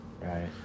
Right